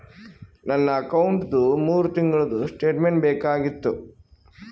ನನ್ನ ಅಕೌಂಟ್ದು ಮೂರು ತಿಂಗಳದು ಸ್ಟೇಟ್ಮೆಂಟ್ ಬೇಕಾಗಿತ್ತು?